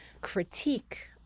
critique